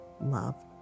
love